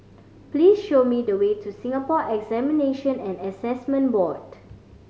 please show me the way to Singapore Examination and Assessment Board